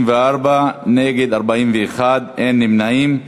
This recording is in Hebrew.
41, אין נמנעים.